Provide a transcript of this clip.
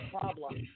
problem